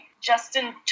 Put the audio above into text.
Justin